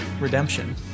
redemption